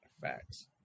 Facts